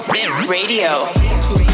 Radio